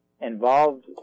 involved